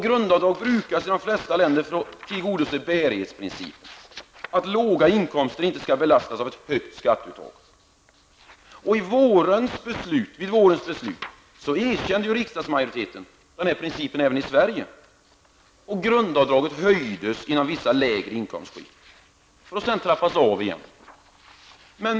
Grundavdrag brukas i de flesta länder för att tillgodose bärighetsprincipen, dvs. att låga inkomster inte skall belastas av ett högt skatteuttag. I beslutet i våras erkände riksdagsmajoriteten denna princip även för Sverige, varpå grundavdraget höjdes inom vissa lägre inkomstskikt för att sedan trappas av igen.